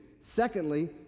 Secondly